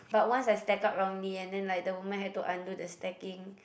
but once I stack up wrongly and then like the woman had to undo the stacking